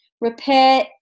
Repair